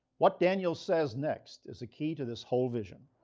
what daniel says next is a key to this whole vision.